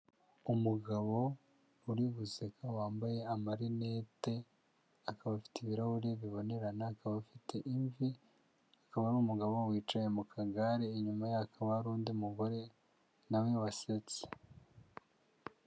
Umugabo uri guseka wambaye amarinete akaba afite ibirahuri bibonerana akaba afite imvi, akaba ari umugabo wicaye mu kagare inyuma yaho hakaba hari undi mugore nawe wasetse.